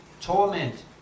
torment